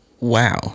Wow